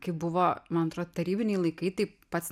kai buvo man atrodo tarybiniai laikai tai pats